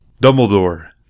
Dumbledore